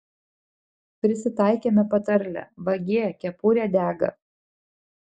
prisitaikėme patarlę vagie kepurė dega